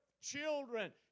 children